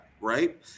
Right